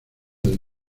del